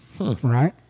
right